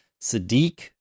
Sadiq